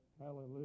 Hallelujah